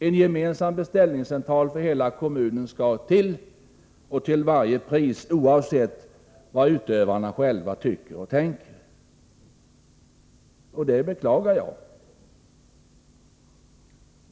— En gemensam beställningscentral för hela kommunen skall införas till varje pris, oavsett vad utövarna själva tycker och tänker. Jag beklagar detta.